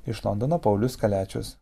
iš londono paulius kaliačius